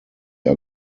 are